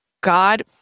God